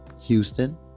Houston